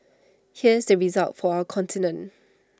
here's the result for our continent